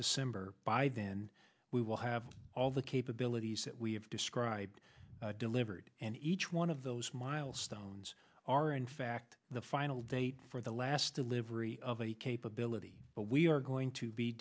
december by then we will have all the capabilities that we have described delivered and each one of those milestones are in fact the final date for the last delivery of a capability we are going to be